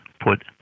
put